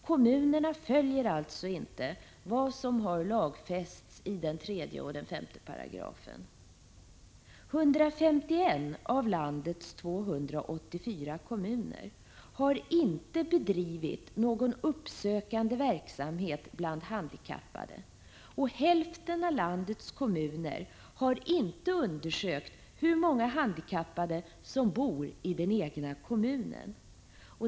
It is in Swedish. Kommunerna följer alltså inte vad som har lagfästs i tredje och femte paragraferna. 151 av landets 284 kommuner har inte bedrivit någon uppsökande verksamhet bland handikappade, och hälften av landets kommuner har inte undersökt hur många handikappade som bor i den egna kommunen.